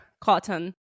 Cotton